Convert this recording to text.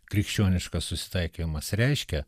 krikščioniškas susitaikymas reiškia